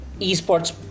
esports